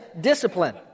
discipline